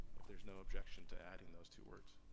if there's no objection to adding those two words.